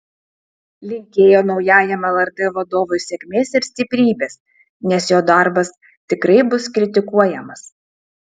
linkėjo naujajam lrt vadovui sėkmės ir stiprybės nes jo darbas tikrai bus kritikuojamas